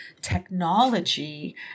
technology